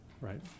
right